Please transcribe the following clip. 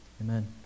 Amen